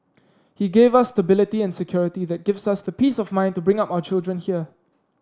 he gave us stability and security that gives us the peace of mind to bring up our children here